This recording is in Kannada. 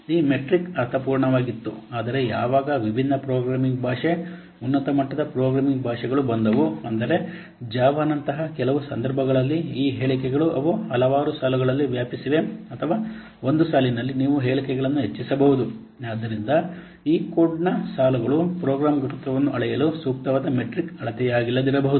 ಈ ಮೆಟ್ರಿಕ್ ಅರ್ಥಪೂರ್ಣವಾಗಿತ್ತು ಆದರೆ ಯಾವಾಗ ವಿಭಿನ್ನ ಪ್ರೋಗ್ರಾಮಿಂಗ್ ಭಾಷೆ ಉನ್ನತ ಮಟ್ಟದ ಪ್ರೋಗ್ರಾಮಿಂಗ್ ಭಾಷೆಗಳು ಬಂದವು ಅಂದರೆ ಜಾವಾ ನಂತಹ ಕೆಲವು ಸಂದರ್ಭಗಳಲ್ಲಿ ಈ ಹೇಳಿಕೆಗಳು ಅವು ಹಲವಾರು ಸಾಲುಗಳಲ್ಲಿ ವ್ಯಾಪಿಸಿವೆ ಅಥವಾ ಒಂದು ಸಾಲಿನಲ್ಲಿ ನೀವು ಹೇಳಿಕೆಗಳನ್ನು ಹೆಚ್ಚಿಸಬಹುದು ಆದ್ದರಿಂದ ಈ ಕೋಡ್ನ ಸಾಲುಗಳು ಪ್ರೋಗ್ರಾಂ ಗಾತ್ರವನ್ನು ಅಳೆಯಲು ಸೂಕ್ತವಾದ ಮೆಟ್ರಿಕ್ ಅಳತೆಯಾಗಿಲ್ಲದಿರಬಹುದು